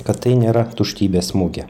kad tai nėra tuštybės mugė